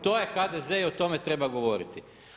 To je HDZ-e i o tome treba govoriti.